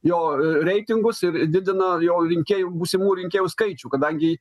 jo reitingus ir didina jo rinkėjų būsimų rinkėjų skaičių kadangi